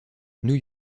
new